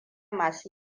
masu